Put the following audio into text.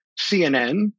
CNN